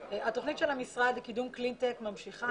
התוכנית של המשרד לקידום קלינטק ממשיכה.